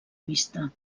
vista